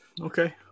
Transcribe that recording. okay